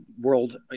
world